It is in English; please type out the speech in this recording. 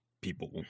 people